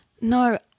No